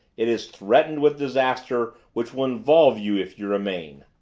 it is threatened with disaster which will involve you if you remain!